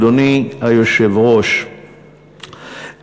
אדוני היושב-ראש,